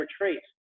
retreat